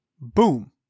boom